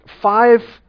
five